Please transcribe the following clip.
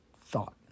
thought